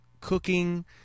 cooking